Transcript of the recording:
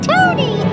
Tony